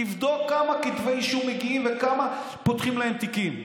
תבדוק כמה כתבי אישום מגיעים וכמה פותחים להם תיקים.